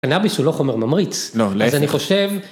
קאביס הוא לא חומר ממריץ, אז אני חושב.